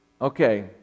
Okay